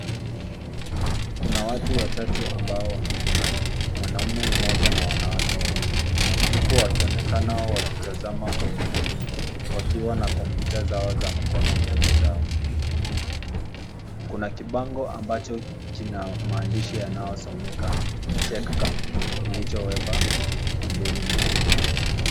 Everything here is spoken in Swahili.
Kuna watu watatu ambao wanaonekana. Mwanaume mmoja na wanawake wawili. Huku wakionekana wakitazama kwa umakini, wakiwa na kompyuta zao za mkono mbele zao. Kuna kibango ambacho kina maandishi yanayosomeka, tech camp , kilichowepa, umbeni mwao.